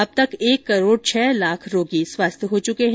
अब तक एक करोड़ छह लाख रोगी स्वस्थ हो चुके हैं